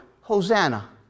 Hosanna